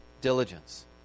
diligence